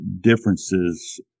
differences